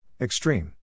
Extreme